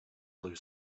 blue